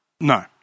No